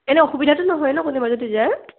এনেই অসুবিধাটো নহয় নহ্ কোনোবা যদি যায়